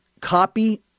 copy